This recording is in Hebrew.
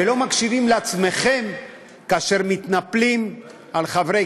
ולא מקשיבים לעצמכם כאשר מתנפלים על חברי